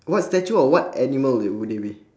what statue of what animal would would it be